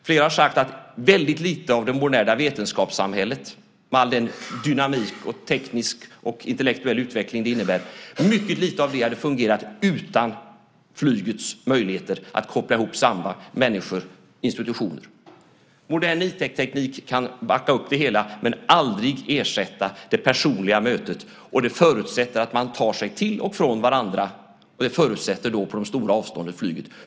Flera har sagt att väldigt lite av det moderna vetenskapssamhället med all den dynamik och den tekniska och intellektuella utveckling som det innebär hade fungerat utan flygets möjligheter att föra samman människor och institutioner. Modern IT-teknik kan backa upp det hela men aldrig ersätta det personliga mötet. Det förutsätter att man tar sig till och från varandra. Och det förutsätter flyget på de stora avstånden.